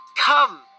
Come